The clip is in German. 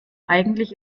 eigentlich